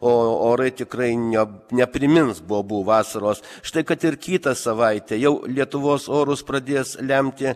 o orai tikrai ne neprimins bobų vasaros štai kad ir kitą savaitę jau lietuvos orus pradės lemti